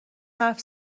حرف